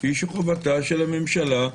כפי שחובת הממשלה,